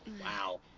Wow